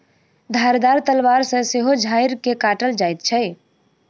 धारदार तलवार सॅ सेहो झाइड़ के काटल जाइत छै